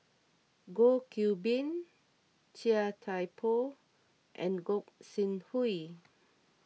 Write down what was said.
Goh Qiu Bin Chia Thye Poh and Gog Sing Hooi